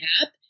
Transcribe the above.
app